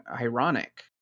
ironic